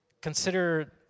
consider